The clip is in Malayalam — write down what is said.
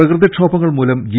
പ്രകൃ തിക്ഷോഭങ്ങൾമൂലം ജി